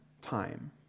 time